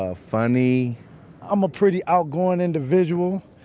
ah funny i'm a pretty outgoing individual.